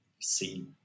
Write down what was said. see